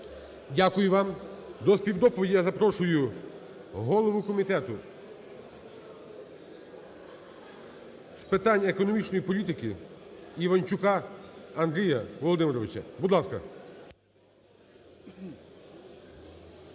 Дякую вам. До співдоповіді я запрошую голову Комітету з питань економічної політики Іванчука Андрія Володимировича. Будь ласка.